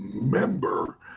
member